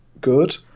good